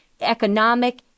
economic